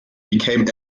became